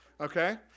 okay